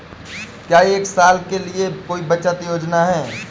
क्या एक साल के लिए कोई बचत योजना है?